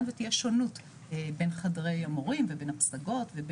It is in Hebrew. ותהיה שונות בין חדרי המורים ובין הפסגות.